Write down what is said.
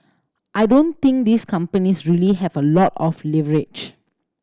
I don't think these companies really have a lot of leverage